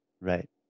Right